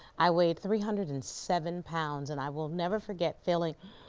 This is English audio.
i weighed three hundred and seven pounds and i will never forget feeling,